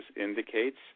indicates